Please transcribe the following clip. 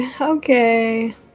Okay